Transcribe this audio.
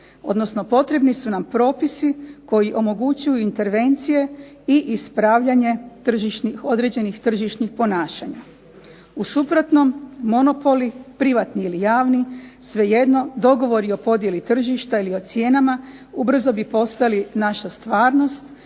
odnosno potrebni su nam propisi koji omogućuju intervencije i ispravljanje tržišnih, određenih tržišnih ponašanja. U suprotnom monopoli, privatni ili javni svejedno, dogovori o podjeli tržišta ili o cijenama ubrzo bi postali naša stvarnost